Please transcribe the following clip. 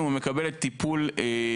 אם הילד מקבל טיפול להתמכרויות,